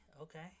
Okay